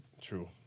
True